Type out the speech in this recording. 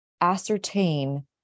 ascertain